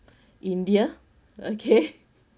india okay